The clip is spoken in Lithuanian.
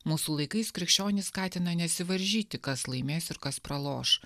mūsų laikais krikščionys skatina nesivaržyti kas laimės ir kas praloš